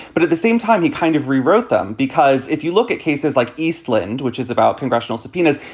but at the same time, he kind of rewrote them, because if you look at cases like eastland, which is about congressional subpoenas,